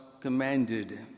commanded